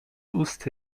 ust